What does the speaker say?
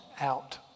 out